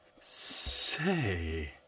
Say